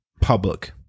public